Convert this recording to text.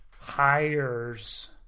hires